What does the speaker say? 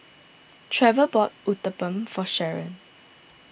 Trever bought Uthapam for Sherron